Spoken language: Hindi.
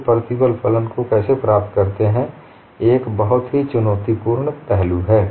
लोग प्रतिबल फलन को कैसे प्राप्त करते हैं एक बहुत ही चुनौतीपूर्ण पहलू है